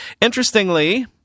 Interestingly